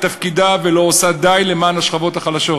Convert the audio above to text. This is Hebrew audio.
תפקידה ולא עושה די למען השכבות החלשות".